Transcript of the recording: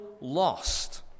Lost